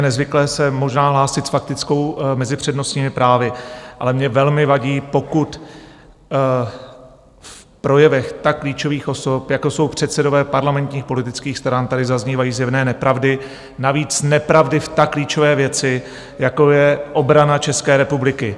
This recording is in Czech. Je nezvyklé se možná hlásit s faktickou mezi přednostními právy, ale mně velmi vadí, pokud v projevech tak klíčových osob, jako jsou předsedové parlamentních politických stran, tady zaznívají zjevné nepravdy, navíc nepravdy v tak klíčové věci, jako je obrana České republiky.